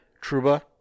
Truba